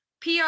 PR